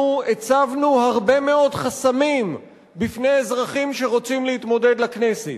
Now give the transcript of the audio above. אנחנו הצבנו הרבה מאוד חסמים בפני אזרחים שרוצים להתמודד לכנסת,